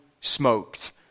smoked